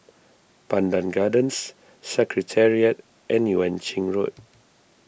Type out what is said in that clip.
Pandan Gardens Secretariat and Yuan Ching Road